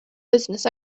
business